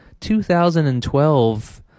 2012